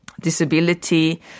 disability